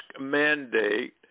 mandate